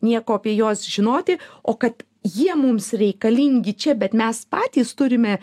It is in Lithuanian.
nieko apie juos žinoti o kad jie mums reikalingi čia bet mes patys turime